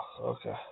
okay